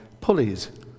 pulleys